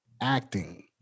acting